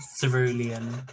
Cerulean